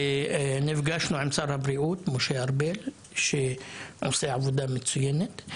נפגשנו עם שר הבריאות משה ארבל שעושה עבודה מצוינת.